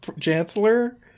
chancellor